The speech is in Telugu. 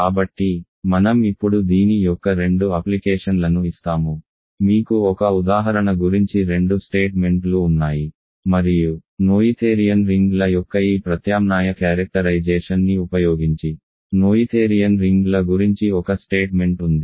కాబట్టి మనం ఇప్పుడు దీని యొక్క రెండు అప్లికేషన్లను ఇస్తాము మీకు ఒక ఉదాహరణ గురించి రెండు స్టేట్మెంట్లు ఉన్నాయి మరియు నోయిథేరియన్ రింగ్ల యొక్క ఈ ప్రత్యామ్నాయ క్యారెక్టరైజేషన్ని ఉపయోగించి నోయిథేరియన్ రింగ్ల గురించి ఒక స్టేట్మెంట్ ఉంది